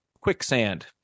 Quicksand